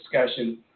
discussion